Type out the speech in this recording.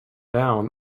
down